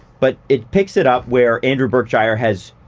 but it picks it up where andrew berkshire has.